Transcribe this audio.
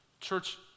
Church